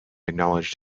acknowledged